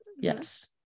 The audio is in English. Yes